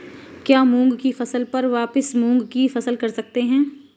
क्या मूंग की फसल पर वापिस मूंग की फसल कर सकते हैं?